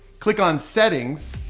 click on settings,